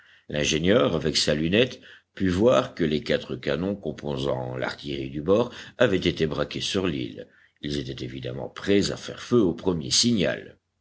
l'ingénieur avec sa lunette put voir que les quatre canons composant l'artillerie du bord avaient été braqués sur l'île ils étaient évidemment prêts à faire feu au premier signal